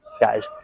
guys